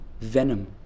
venom